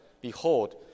behold